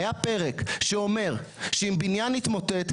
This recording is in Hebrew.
היה פרק שאומר שאם בניין יתמוטט,